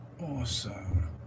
Awesome